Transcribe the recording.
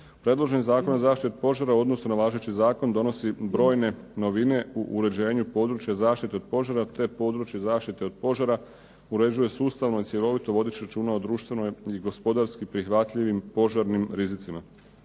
Predloženi zakon o zaštiti od požara u odnosu na važeći zakon donosi brojne novine u uređenju područja zaštite od požara te područje zaštite od požara uređuje sustavno i cjelovito, vodeći računa o društveno i gospodarski prihvatljivim požarnim rizicima.